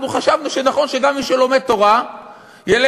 אנחנו חשבנו שנכון שגם מי שלומד תורה ילך,